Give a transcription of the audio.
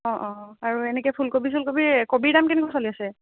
অ' অ' আৰু এনেকৈ ফুলকবি চুলকবি কবিৰ দাম কেনেকুৱা চলি আছে